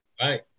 right